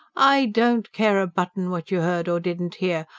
i don't care a button what you heard or didn't hear.